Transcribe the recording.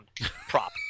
Prop